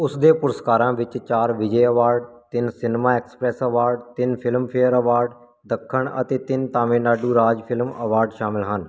ਉਸ ਦੇ ਪੁਰਸਕਾਰਾਂ ਵਿੱਚ ਚਾਰ ਵਿਜੈ ਅਵਾਰਡ ਤਿੰਨ ਸਿਨੇਮਾ ਐਕਸਪ੍ਰੈੱਸ ਅਵਾਰਡ ਤਿੰਨ ਫਿਲਮਫੇਅਰ ਅਵਾਰਡ ਦੱਖਣ ਅਤੇ ਤਿੰਨ ਤਮਿਲਨਾਡੂ ਰਾਜ ਫਿਲਮ ਅਵਾਰਡ ਸ਼ਾਮਲ ਹਨ